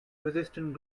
resistant